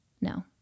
no